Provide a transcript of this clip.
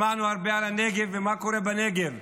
שמענו הרבה על הנגב ועל מה שקורה בנגב.